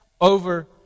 over